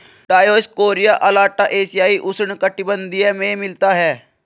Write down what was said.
Dioscorea alata एशियाई उष्णकटिबंधीय में मिलता है